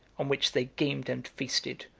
on which they gamed and feasted,